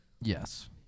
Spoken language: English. Yes